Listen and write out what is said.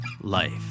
Life